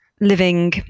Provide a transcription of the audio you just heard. living